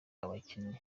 abakinnyi